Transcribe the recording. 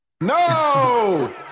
no